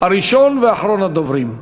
ראשון ואחרון הדוברים.